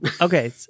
Okay